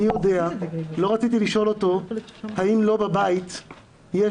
לא רציתי לשאול אותו האם לו בבית יש